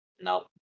Nope